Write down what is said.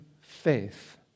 faith